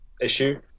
issue